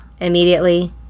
immediately